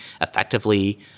effectively